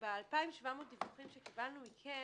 ב-2,700 שקיבלנו דיווחים שקיבלנו מכם,